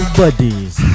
buddies